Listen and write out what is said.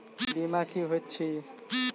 बीमा की होइत छी?